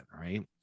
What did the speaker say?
Right